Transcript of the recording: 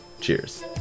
Cheers